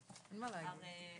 הדיון.